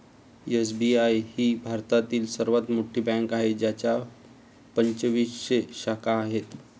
SBI ही भारतातील सर्वात मोठी बँक आहे ज्याच्या पंचवीसशे शाखा आहेत